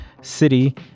city